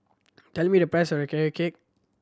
tell me the price of Carrot Cake